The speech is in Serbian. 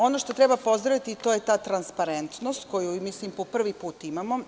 Ono što treba pozdraviti to je ta transparentnost koju mislim da po prvi put imamo.